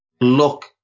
look